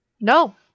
No